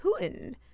Putin